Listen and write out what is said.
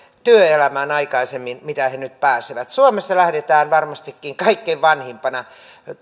työelämään aikaisemmin kuin mitä he nyt pääsevät suomessa lähdetään varmastikin kaikkein vanhimpana